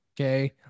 okay